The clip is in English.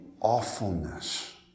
awfulness